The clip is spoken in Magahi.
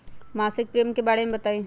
मासिक प्रीमियम के बारे मे बताई?